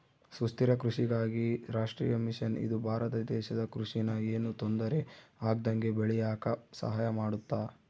ಸುಸ್ಥಿರ ಕೃಷಿಗಾಗಿ ರಾಷ್ಟ್ರೀಯ ಮಿಷನ್ ಇದು ಭಾರತ ದೇಶದ ಕೃಷಿ ನ ಯೆನು ತೊಂದರೆ ಆಗ್ದಂಗ ಬೇಳಿಯಾಕ ಸಹಾಯ ಮಾಡುತ್ತ